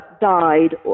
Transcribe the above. died